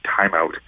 timeout